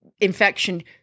infection